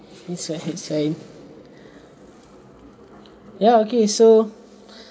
it's fine it's fine ya okay so